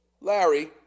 Larry